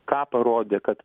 ką parodė kad